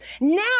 Now